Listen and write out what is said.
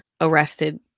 arrested